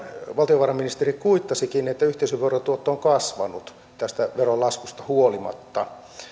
valtiovarainministeri kuittasikin yhteisöverotuotto on kasvanut tästä veron laskusta huolimatta minun